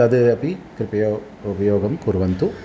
तद् अपि कृपया उपयोगं कुर्वन्तु